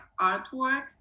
artwork